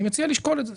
אני מציע לשקול את זה.